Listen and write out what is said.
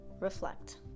Reflect